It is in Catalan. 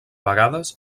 vegades